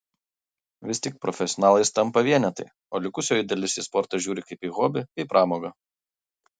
vis tik profesionalais tampa vienetai o likusioji dalis į sportą žiūri kaip į hobį bei pramogą